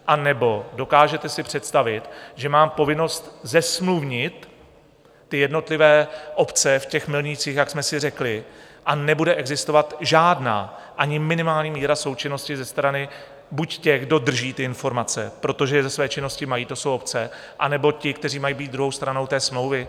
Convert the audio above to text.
Anebo dokážete si představit, že mám povinnost zesmluvnit jednotlivé obce v těch milnících, jak jsme si řekli, a nebude existovat žádná, ani minimální míra součinnosti ze strany buď těch, kdo drží ty informace, protože je ze své činnosti mají, to jsou obce, anebo ti, kteří mají být druhou stranou té smlouvy?